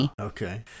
okay